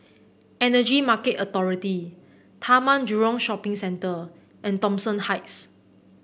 Energy Market Authority Taman Jurong Shopping Centre and Thomson Heights